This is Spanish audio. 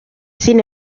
sin